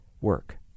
work